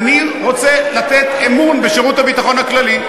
אני רוצה לתת אמון בשירות הביטחון הכללי.